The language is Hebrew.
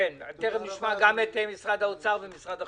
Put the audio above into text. תיכף נשמע גם את נציגי משרד האוצר ומשרד החינוך.